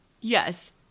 Yes